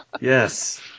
Yes